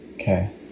Okay